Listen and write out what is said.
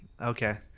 Okay